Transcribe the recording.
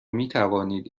میتوانید